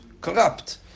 corrupt